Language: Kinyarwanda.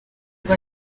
rwa